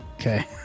Okay